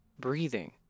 Breathing